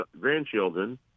grandchildren